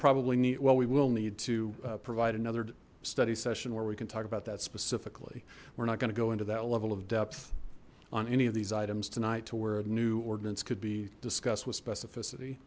probably meet well we will need to provide another study session where we can talk about that specifically we're not going to go into that level of depth on any of these items tonight to where a new ordinance could be discussed with specificity